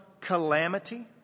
calamity